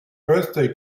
birthday